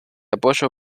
apoyo